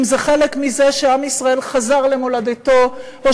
אם זה חלק מזה שעם ישראל חזר למולדתו או